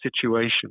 situation